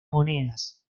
monedas